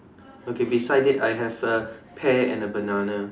okay beside it I have a pear and a banana